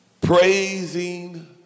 praising